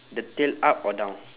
the tail up or down